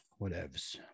whatevs